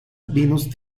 vinos